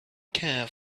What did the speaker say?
care